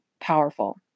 powerful